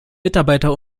mitarbeiter